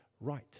right